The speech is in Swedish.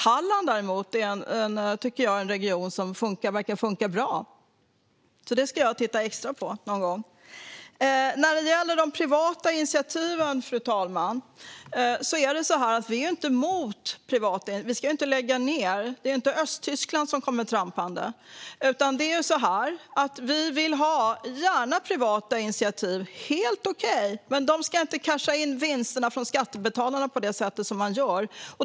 Halland är däremot en region som verkar funka bra, tycker jag. Det ska jag titta extra på någon gång. Fru talman! Vi är inte emot de privata initiativen. Vi ska inte lägga ned dem. Det är inte Östtyskland som kommer trampande. Vi vill gärna ha privata initiativ. Det är helt okej. Men de ska inte casha in vinsterna från skattebetalarna på det sätt som man gör.